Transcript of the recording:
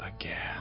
again